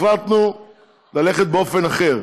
החלטנו ללכת באופן אחר,